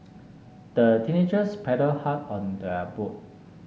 the teenagers paddled hard on their boat